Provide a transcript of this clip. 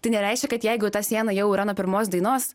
tai nereiškia kad jeigu ta siena jau yra nuo pirmos dainos